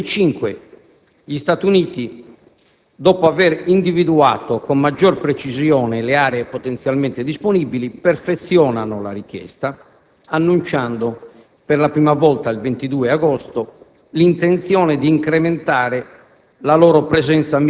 Nel corso del 2005, gli Stati Uniti, dopo aver individuato con maggior precisione le aree potenzialmente disponibili, perfezionano la richiesta, annunciando, per la prima volta il 22 agosto, l'intenzione di incrementare